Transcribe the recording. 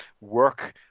work